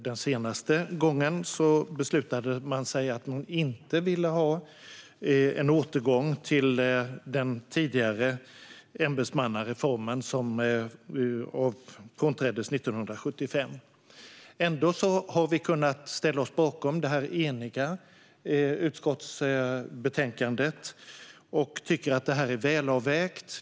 Den senaste gången beslutade man sig för att man inte ville ha en återgång till den tidigare ämbetsmannareformen som genomfördes 1975. Vi har ändå kunnat ställa oss bakom det utskottsbetänkande som utskottet är enigt om. Vi tycker att det är välavvägt.